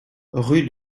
rue